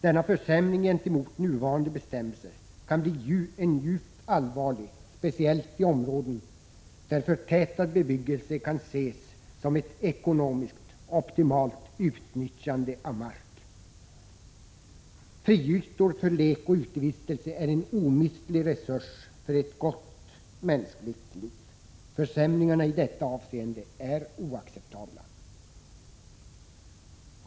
Denna försämring gentemot nuvarande bestämmelser kan bli djupt allvarlig, speciellt i områden där förtätad bebyggelse kan ses som ett ekonomiskt optimalt utnyttjande av mark. Friytor för lek och utevistelse är en omistlig resurs för ett gott mänskligt liv. Försämringarna i detta avseende är oacceptabla.